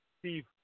Steve